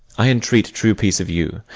i entreat true peace of you,